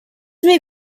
may